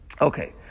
Okay